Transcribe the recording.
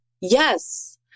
yes